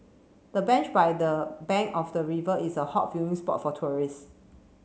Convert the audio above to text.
the bench by the bank of the river is a hot viewing spot for tourists